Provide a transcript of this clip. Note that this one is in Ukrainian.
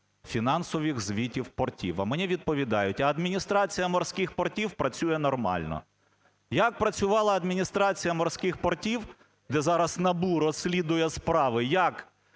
фінансових звітів портів. А мені відповідають: "А Адміністрація морських портів працює нормально". Як працювала Адміністрація морських портів, де зараз НАБУ розслідує справи,